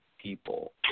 people